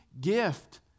gift